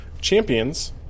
Champions